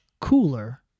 cooler